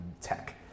tech